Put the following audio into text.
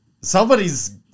somebody's